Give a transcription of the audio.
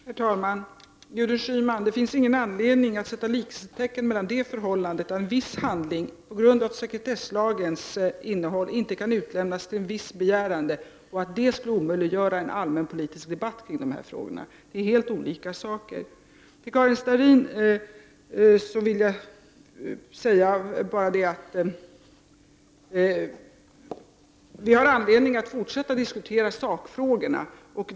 Herr talman! Gudrun Schyman! Det finns ingen anledning att sätta likhetstecken mellan förhållandet att en viss handling på grund av sekretesslagens innehåll inte kan utlämnas till en viss begärande och att det skulle omöjliggöra en allmänpolitisk debatt kring dessa frågor. Det är helt olika saker. Karin Starrin! Vi har anledning att fortsätta att diskutera sakfrågorna.